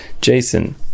Jason